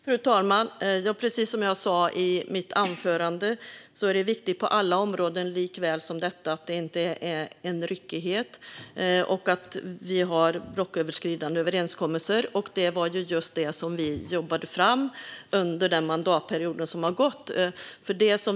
Fru talman! Precis som jag sa i mitt anförande är det på detta område likväl som på andra viktigt att det inte är en ryckighet och att vi har blocköverskridande överenskommelser. Det var just detta vi jobbade fram under föregående mandatperiod.